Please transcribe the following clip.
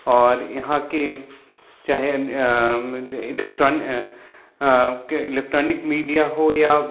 और यहाँ की चाहें इलेक्ट्रोन इलेक्ट्रोनिक मिडिया हो या